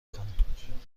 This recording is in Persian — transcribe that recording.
کنم